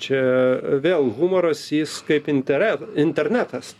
čia vėl humoras jis kaip intere internatas